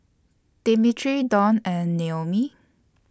Dimitri Donn and Noemie